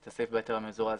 את סעיף ההיתר המזורז,